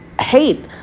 hate